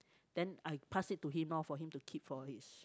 then I pass it to him loh for him to keep for his